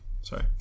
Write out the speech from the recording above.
Sorry